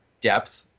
depth